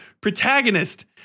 protagonist